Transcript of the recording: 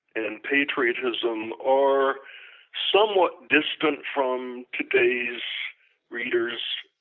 and patriotism are somewhat distant from today's readers.